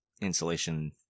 Insulation